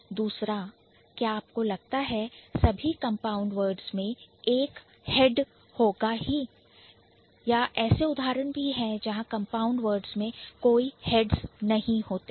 दूसरा क्या आपको लगता है कि सभी compound words में एक Head होगा ही या ऐसे उदाहरण भी है जहां compound words में कोई Heads नहीं होते हैं